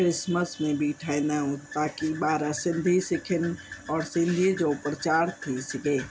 Christmas में बि ठाहींदा आहियूं ताकी ॿार सिंधी सिखी सघनि और सिंधीअ जो प्रचार थी सघे